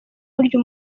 burya